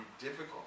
difficult